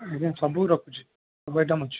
ଆଜ୍ଞା ସବୁ ରଖୁଛି ସବୁ ଆଇଟମ ଅଛି